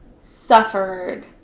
suffered